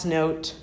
note